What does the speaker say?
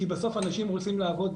כי בסוף אנשים רוצים לעבוד,